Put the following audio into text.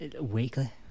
weekly